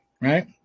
right